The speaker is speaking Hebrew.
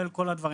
כלל כל הדברים.